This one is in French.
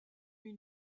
une